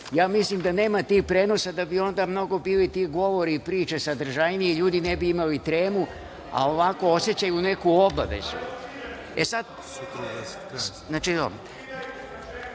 prenose. Mislim da nema tih prenosa da bi onda mnogo bili ti govori i priče sadržajniji i ljudi ne bi imali tremu, a ovako osećaju neku obavezu. Poštovani